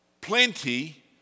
plenty